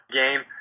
game